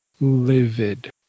livid